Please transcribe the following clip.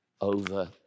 over